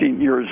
years